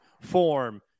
form